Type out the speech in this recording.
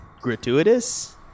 gratuitous